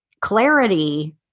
clarity